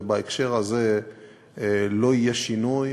ובהקשר הזה לא יהיה שינוי,